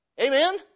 Amen